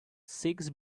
six